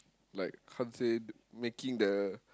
like how to say making the